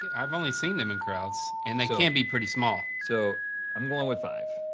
yeah i've only seen them in crowds, and they can be pretty small. so i'm going with five.